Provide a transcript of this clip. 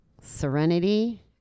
Serenity